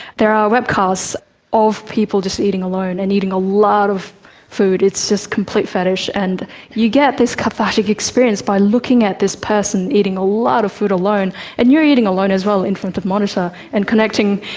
there are webcasts of people just eating alone and eating a lot of food. it's just complete fetish, and you get this cathartic experience by looking at this person eating a lot of food alone, and you're eating alone as well in front of a monitor and connecting.